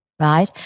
right